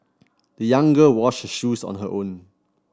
the young girl washed her shoes on her own